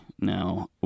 now